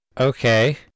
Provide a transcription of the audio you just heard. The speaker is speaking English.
Okay